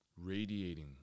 radiating